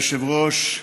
אדוני היושב-ראש,